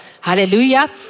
Hallelujah